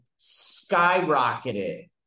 skyrocketed